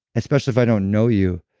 especially if i don't know you,